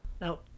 Now